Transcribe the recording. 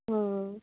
ਹਾਂ